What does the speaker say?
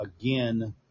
again